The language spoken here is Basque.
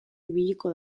ibiliko